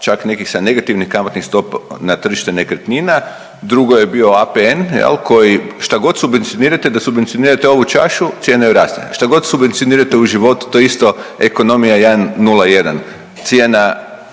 čak nekih sa negativnih kamatnih stopa na tržište nekretnina, drugo je bio APN koji šta god subvencionirate da subvencionirate ovu čašu cijena joj raste. Šta god subvencionirate u životu to je isto ekonomija jedan,